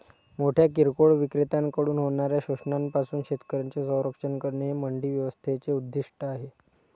मोठ्या किरकोळ विक्रेत्यांकडून होणाऱ्या शोषणापासून शेतकऱ्यांचे संरक्षण करणे हे मंडी व्यवस्थेचे उद्दिष्ट आहे